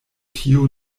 tio